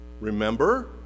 remember